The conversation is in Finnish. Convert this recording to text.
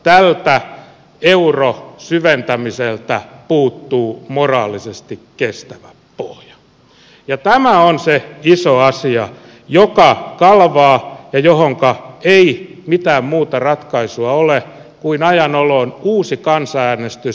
tätä kautta tältä eurosyventämiseltä puuttuu moraalisesti kestävä pohja ja tämä on se iso asia joka kalvaa ja johonka ei mitään muuta ratkaisua ole kuin ajan oloon uusi kansanäänestys